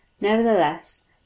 Nevertheless